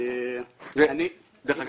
דרך אגב,